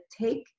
take